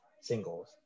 singles